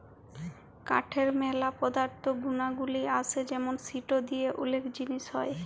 কাঠের ম্যালা পদার্থ গুনাগলি আসে যেমন সিটো দিয়ে ওলেক জিলিস হ্যয়